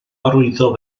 arwyddo